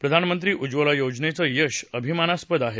प्रधानमंत्री उज्वला योजनेचं यश अभिमानास्पद आहे